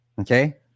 Okay